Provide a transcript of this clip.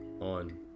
on